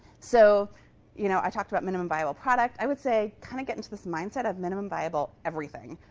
so you know i talked about minimum viable product. i would say kind of get into this mindset of minimum viable everything